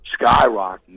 skyrocketing